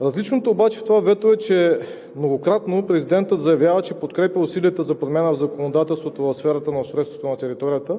Различното обаче в това вето е, че многократно президентът заявява, че подкрепя усилията за промяна в законодателството в сферата на устройството на територията,